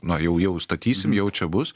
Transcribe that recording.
na jau jau statysim jau čia bus